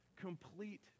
Complete